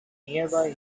nearby